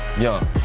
Young